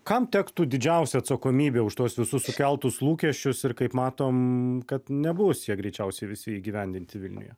kam tektų didžiausia atsakomybė už tuos visus iškeltus lūkesčius ir kaip matom kad nebus jie greičiausiai visi įgyvendinti vilniuje